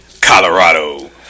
Colorado